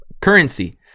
currency